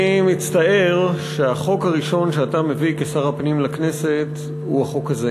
אני מצטער שהחוק הראשון שאתה מביא כשר הפנים לכנסת הוא החוק הזה,